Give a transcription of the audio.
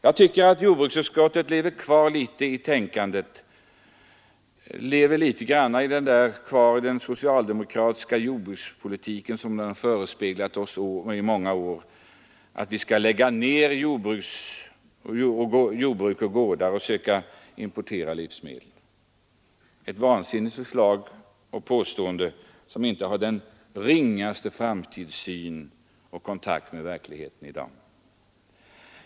Jag tycker att jordbruksutskottet lever kvar något i det socialdemokratiska jordbrukspolitiska tänkandet under många år — att vi skall lägga ned jord och gårdar och i stället söka importera livsmedel — en vansinnig tanke som inte bärs upp av den ringaste framtidssyn utan saknar all kontakt med verkligheten.